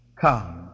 come